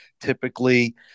typically